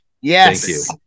Yes